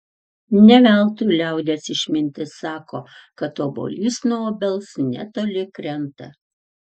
ne veltui liaudies išmintis sako kad obuolys nuo obels netoli krenta